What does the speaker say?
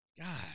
God